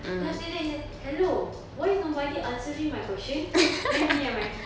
then after that he say hello why nobody answering my question then me and my